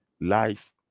life